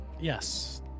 Yes